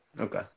Okay